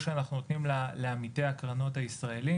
אנחנו נאפשר לעמית לממש את הזכות שלו,